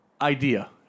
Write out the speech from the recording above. idea